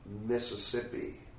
Mississippi